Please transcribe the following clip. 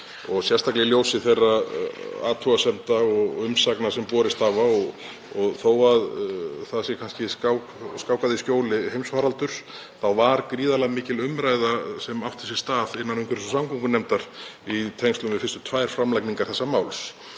sérstaklega í ljósi þeirra athugasemda og umsagna sem borist hafa. Og þó að það sé kannski skákað í skjóli heimsfaraldurs átti gríðarlega mikil umræða sér stað innan umhverfis- og samgöngunefndar í tengslum við fyrstu tvær framlagningar þessa máls